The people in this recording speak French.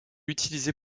utilisée